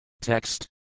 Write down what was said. Text